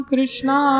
Krishna